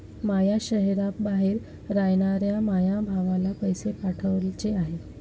माया शैहराबाहेर रायनाऱ्या माया भावाला पैसे पाठवाचे हाय